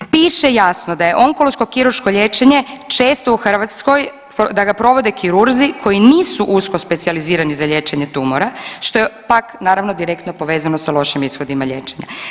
Piše jasno da je onkološko kirurško liječenje često u Hrvatskoj da ga provode kirurzi koji nisu usko specijalizirani za liječenje tumora što je pak naravno direktno povezano sa lošim ishodima liječenja.